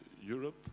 Europe